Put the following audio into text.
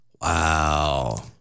Wow